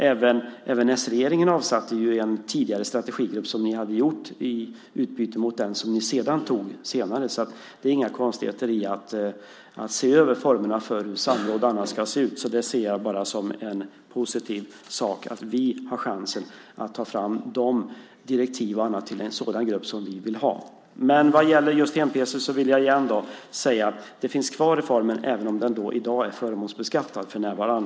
Även s-regeringen avsatte ju en tidigare strategigrupp i utbyte mot den som ni tog senare. Det är inga konstigheter i att se över formerna för hur samråd ska se ut. Jag ser det som positivt att vi har chans att ta fram direktiv till en sådan grupp som vi vill ha. Vad gäller hem-pc säger jag om igen att reformen finns kvar, även om den i dag är förmånsbeskattad.